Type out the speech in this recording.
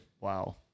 Wow